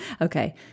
okay